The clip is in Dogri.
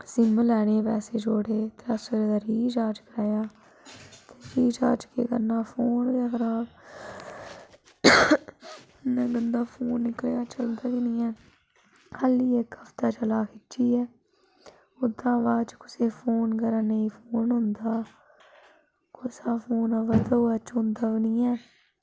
सिम लैने गी पैसे जोड़े त्रै सौ रपेऽ दा रिचार्ज कराया ते रिचार्ज केह् करना हा फोन गै खराब इन्ना मंदा फोन निकलेआ चलदा गै निं ऐ खाल्ली इक हफ्ता चलेआ खिच्चियै ओह्दे शा बाद कुसैगी फोन करां नेईं फोन होंदा कुसै दा फोन अवै तां चकोंदा बी निं ऐ